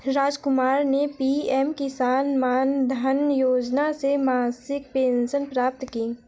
रामकुमार ने पी.एम किसान मानधन योजना से मासिक पेंशन प्राप्त की